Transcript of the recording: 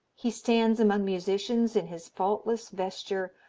he stands among musicians in his faultless vesture,